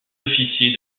officier